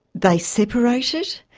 they separated,